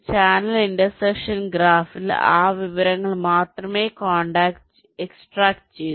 channel intersection ഗ്രാഫിൽ ആ വിവരങ്ങൾ മാത്രമേ എക്സ്ട്രാക്റ്റുചെയ്യൂ